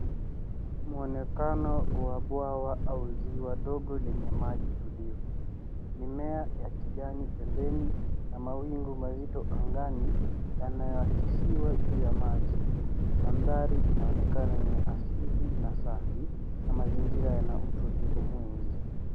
Mwonekano wa bwawa au ziwa dogo lenye maji tulivu, mimea ya kijani pembeni na mawingu mazito angani yanaakisiwa juu ya maji, mandhari inaonekana ni ya asili na safi na mazingira yana utulivu mwingi.